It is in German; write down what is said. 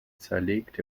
zerlegt